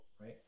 right